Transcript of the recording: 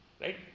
right